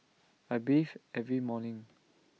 I bathe every morning